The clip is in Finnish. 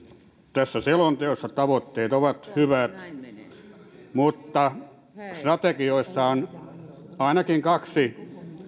tässä selonteossa tavoitteet ovat hyvät mutta strategioissa on ainakin kaksi